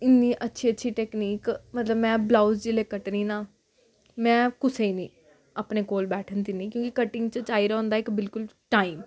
इन्नी अच्छी अच्छी टेकनीक मतलब में ब्लउज जेल्लै कट्टनी ना में कुसै गै निं अपने कोल बैठन दिन्नी क्योंकि कटिंग च चाहिदा होंदा इक बिल्कुल टाइम